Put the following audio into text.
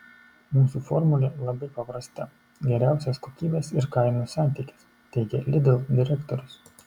mūsų formulė labai paprasta geriausias kokybės ir kainos santykis teigė lidl direktorius